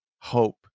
hope